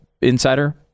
Insider